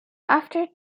after